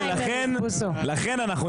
יש לנו